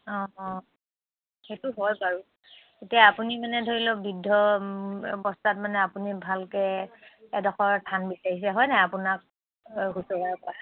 অঁ অঁ সেইটো হয় বাৰু এতিয়া আপুনি মানে ধৰি লওক বৃদ্ধ অৱস্থাত মানে আপুনি ভালকে এডোখৰ স্থান বিচাৰিছে হয়নে আপোনাক শুশ্ৰূষা কৰা